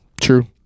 True